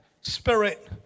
spirit